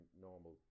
normal